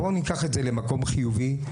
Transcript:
בואו ניקח את זה למקום חיובי,